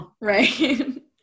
Right